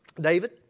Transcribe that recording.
David